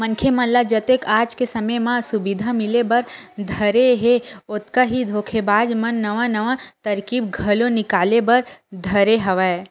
मनखे मन ल जतके आज के समे म सुबिधा मिले बर धरे हे ओतका ही धोखेबाज मन नवा नवा तरकीब घलो निकाले बर धरे हवय